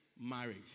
marriage